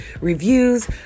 reviews